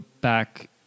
back